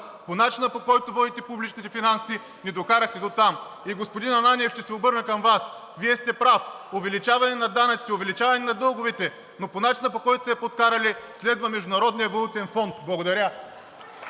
по начина, по който водите публичните финанси, ни докарахте до там. И, господин Ананиев, ще се обърна към Вас. Вие сте прав – увеличаване на данъците, увеличаване на дълговете, но по начина, по който са я подкарали, следва Международният валутен фонд. Благодаря.